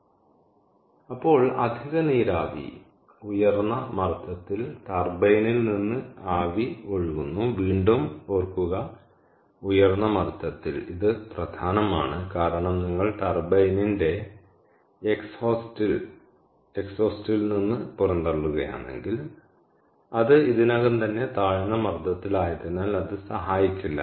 അപ്പോൾ അധിക നീരാവി ഉയർന്ന മർദ്ദത്തിൽ ടർബൈനിൽ നിന്ന് ആവി ഒഴുകുന്നു വീണ്ടും ഓർക്കുക ഉയർന്ന മർദ്ദത്തിൽ ഇത് പ്രധാനമാണ് കാരണം നിങ്ങൾ ടർബൈനിന്റെ എക്സ്ഹോസ്റ്റിൽ നിന്ന് പുറന്തള്ളുകയാണെങ്കിൽ അത് ഇതിനകം തന്നെ താഴ്ന്ന മർദ്ദത്തിലായതിനാൽ അത് സഹായിക്കില്ല